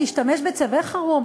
להשתמש במצבי חירום.